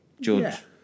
George